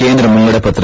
ಕೇಂದ್ರ ಮುಂಗಡಪತ್ರ